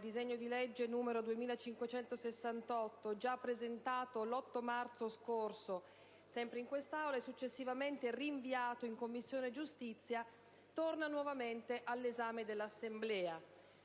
disegno di legge n. 2568, già presentato l'8 marzo scorso in quest'Aula e successivamente rinviato in Commissione giustizia, torna nuovamente all'esame dell'Assemblea.